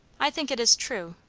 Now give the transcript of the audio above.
i think it is true,